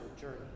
journey